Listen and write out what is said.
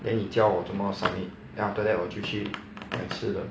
then 你教我怎么 submit then after that 我就去买吃的